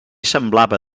semblava